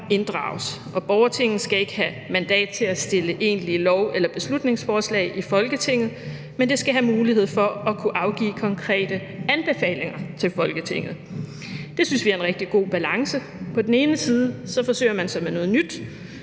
inddrages. Og borgertinget skal ikke have mandat til at fremsætte egentlige lov- eller beslutningsforslag i Folketinget, men det skal have mulighed for at kunne afgive konkrete anbefalinger til Folketinget. Det synes vi er en rigtig god balance. På den ene side forsøger man sig med noget nyt,